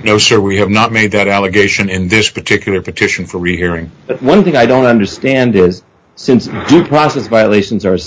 you know sure we have not made that allegation in this particular petition for rehearing but one thing i don't understand is since due process violations